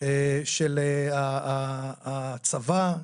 אם החוק כולל את זה אז זה בסדר גמור.